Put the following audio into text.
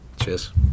Cheers